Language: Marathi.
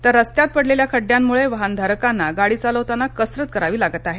तर रस्त्यात पडलेल्या खड्ड्यांमुळे वाहनधारकांना गाडी चालवताना कसरत करावी लागत आहे